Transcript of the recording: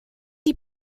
die